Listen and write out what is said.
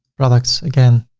products again,